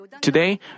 Today